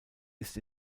ist